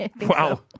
Wow